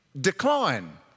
decline